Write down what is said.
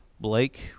Blake